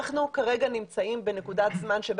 אנחנו כרגע נמצאים בנקודת זמן שבה